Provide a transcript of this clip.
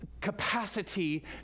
capacity